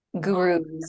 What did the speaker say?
gurus